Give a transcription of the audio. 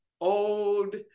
old